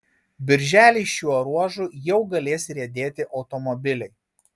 birželį šiuo ruožu jau galės riedėti automobiliai